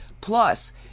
Plus